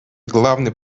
главный